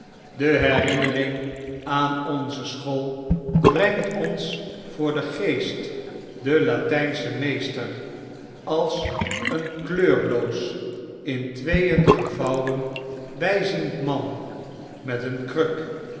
de herinnering aan onze school brengt ons voor den geest den latynschen meester als een kleurloos in tweeen gevouwen bijziend man met een kruk